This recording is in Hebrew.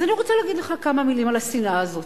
אז אני רוצה להגיד לך כמה מלים על השנאה הזאת.